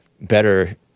Better